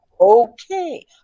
okay